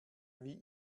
wie